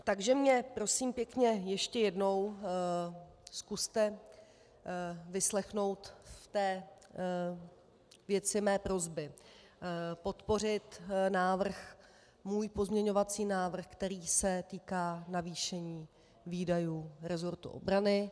Takže mě prosím pěkně ještě jednou zkuste vyslechnout ve věci mé prosby podpořit můj pozměňovací návrh, který se týká navýšení výdajů resortu obrany.